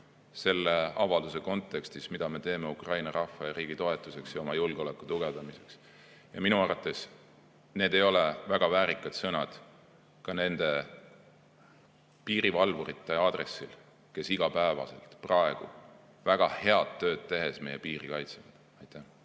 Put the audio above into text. selle avalduse kontekstis, mida me teeme Ukraina rahva ja riigi toetuseks ja oma julgeoleku tugevdamiseks. Ja minu arvates need ei ole väga väärikad sõnad ka nende piirivalvurite aadressil, kes praegu iga päev väga head tööd tehes meie piiri kaitsevad. Valdo